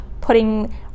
putting